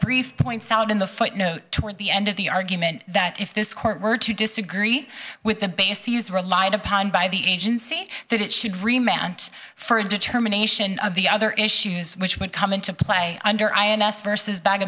brief points out in the footnote toward the end of the argument that if this court were to disagree with the bases relied upon by the agency that it should remain and for a determination of the other issues which would come into play under ins versus ba